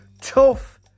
tough